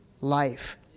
life